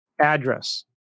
address